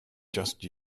just